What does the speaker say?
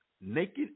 naked